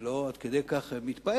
אני לא עד כדי כך מתפאר,